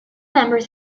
members